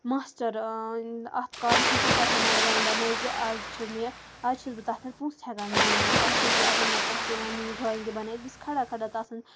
master اَتھ کارَس منٛز ایٖتیٛاہ ہُنَر منٛد بَنٲوۍ زِ آز چھِ مےٚ آز چھَس بہٕ تَتھ پٮ۪ٹھ پونٛسہٕ ہٮ۪کان زیٖنِتھ اَکھ چھَس بہٕ اگر مےٚ کانٛہہ تہِ وَنہِ مےٚ یہِ ڈرٛایِنٛگ دِ بَنٲوِتھ بہٕ چھَس کھَڑا کھَڑا تَس سٕنٛز